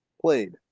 played